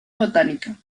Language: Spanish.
botánica